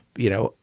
you know,